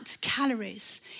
calories